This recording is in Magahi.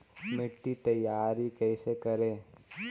मिट्टी तैयारी कैसे करें?